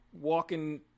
walking